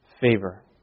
favor